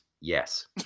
Yes